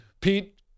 Pete